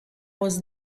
was